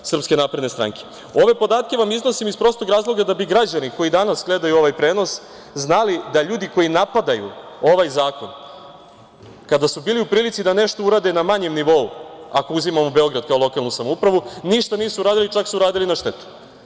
Ove podatke vam iznosim iz prostog razloga da bi građani koji danas gledaju ovaj prenos znali da ljudi koji napadaju ovaj zakon kada su bili u prilici da nešto urade na manjem nivou, ako uzimamo Beograd kao lokalnu samoupravu, ništa nisu uradili, čak su uradili na štetu.